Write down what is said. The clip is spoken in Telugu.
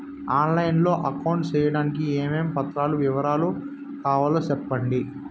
ఆన్ లైను లో అకౌంట్ సేయడానికి ఏమేమి పత్రాల వివరాలు కావాలో సెప్పండి?